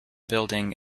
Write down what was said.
building